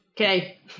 Okay